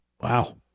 Wow